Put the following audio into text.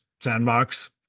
sandbox